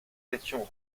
étions